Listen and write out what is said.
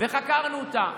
וחקרנו אותה.